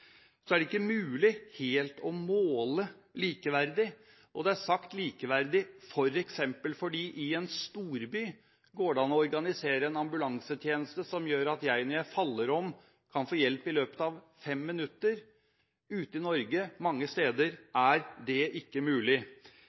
Så er det ikke mulig helt å måle likeverdig, og det er sagt likeverdig f.eks. fordi det i en storby går an å organisere ambulansetjenesten slik at jeg, om jeg faller om, kan få hjelp i løpet av 5 minutter. Mange steder ute i Norge er ikke det mulig. Men vi kan gjøre det så likeverdig som mulig,